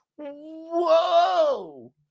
Whoa